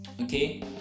Okay